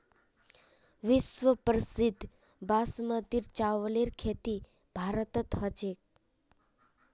विश्व प्रसिद्ध बासमतीर चावलेर खेती भारतत ह छेक